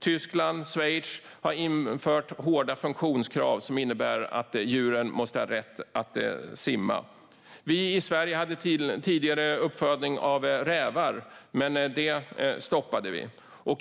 Tyskland och Schweiz har infört hårda funktionskrav som innebär att djuren måste ha rätt att simma. Vi i Sverige hade tidigare uppfödning av rävar, men det stoppade vi.